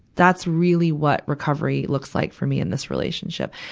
that's really what recovery looks like for me in this relationship.